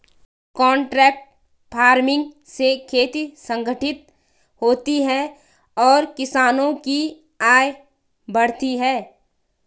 contract farming से खेती संगठित होती है और किसानों की आय बढ़ती है